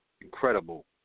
incredible